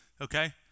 okay